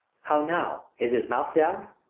how now! is his mouth down?